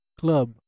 club